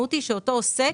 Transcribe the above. המשמעות היא שאותו עוסק,